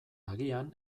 agian